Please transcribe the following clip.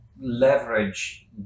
leverage